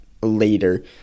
later